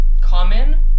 common